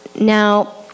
Now